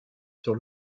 sur